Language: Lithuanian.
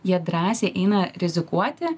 jie drąsiai eina rizikuoti